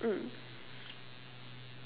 mm